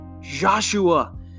Joshua